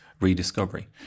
rediscovery